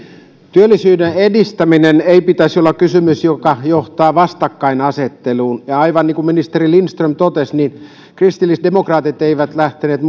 työllisyyden edistämisen ei pitäisi olla kysymys joka johtaa vastakkainasetteluun ja aivan niin kuin ministeri lindström totesi kristillisdemokraatit eivät lähteneet